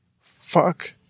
fuck